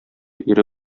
ире